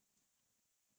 like most of them